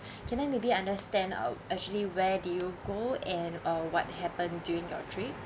can I maybe understand uh actually where did you go and uh what happened during your trip